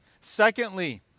Secondly